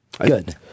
Good